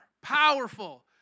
powerful